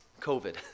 COVID